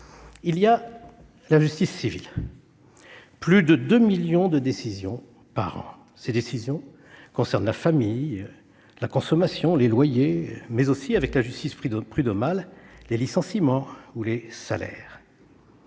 Il y a la justice civile : plus de 2 millions de décisions sont rendues chaque année ; ces décisions concernent la famille, la consommation, les loyers, mais aussi, avec la justice prud'homale, les licenciements ou les salaires.